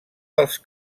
dels